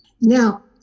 Now